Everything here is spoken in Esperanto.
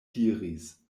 diris